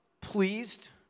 pleased